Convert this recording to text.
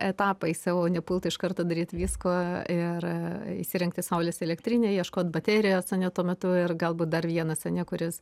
etapais o nepult iš karto daryt visko ir įsirengti saulės elektrinę ieškot baterijos ane tuo metu ir galbūt dar vienas ane kuris